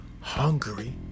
Hungary